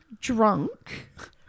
drunk